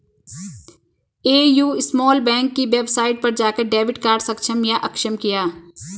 AU small bank की website पर जाकर डेबिट कार्ड सक्षम या अक्षम किया